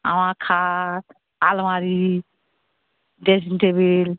আমার খাট আলমারি ড্রেসিং টেবিল